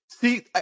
See